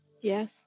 Yes